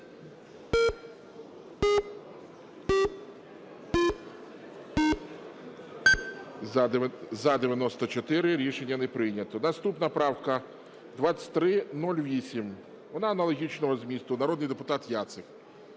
За-94 Рішення не прийнято. Наступна правка 2309. Вона аналогічного змісту. Народний депутат Яцик.